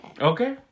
okay